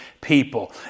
people